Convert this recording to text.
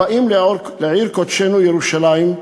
הבאים לעיר קודשנו ירושלים,